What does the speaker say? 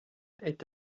est